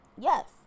Yes